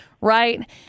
right